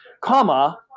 comma